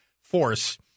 force